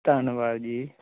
ਧੰਨਵਾਦ ਜੀ